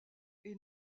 est